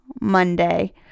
Monday